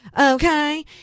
Okay